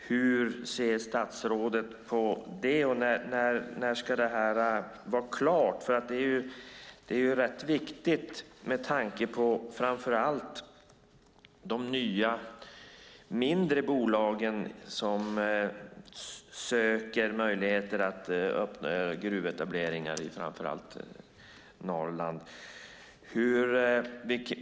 Hur ser statsrådet på detta, och när ska det vara klart? Det är rätt viktigt med tanke på framför allt de nya mindre bolag som söker möjligheter till gruvetableringar i framför allt Norrland.